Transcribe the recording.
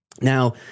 Now